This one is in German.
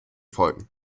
folgen